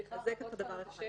סליחה, עוד פעם מה שמך?